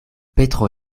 petro